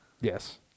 yes